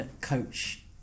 coach